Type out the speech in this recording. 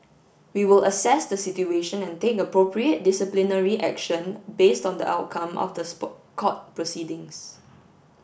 we will assess the situation and take appropriate disciplinary action based on the outcome of the court proceedings